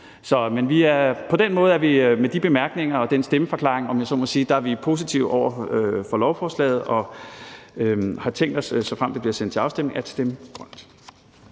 skal se ud. Med de bemærkninger og den stemmeforklaring, om jeg så må sige, er vi positive over for forslaget og har tænkt os, såfremt det bliver sendt til afstemning,